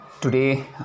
Today